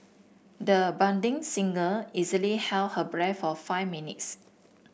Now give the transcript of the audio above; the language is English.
the budding singer easily held her breath for five minutes